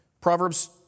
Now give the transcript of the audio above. Proverbs